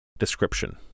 Description